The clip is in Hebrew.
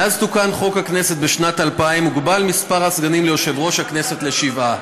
מאז תוקן חוק הכנסת בשנת 2000 הוגבל מספר הסגנים ליושב-ראש הכנסת לשבעה,